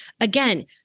Again